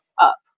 up